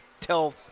tell